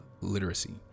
literacy